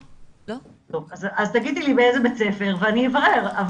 אז תגידי לי באיזה בית ספר ואני אברר.